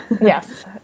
yes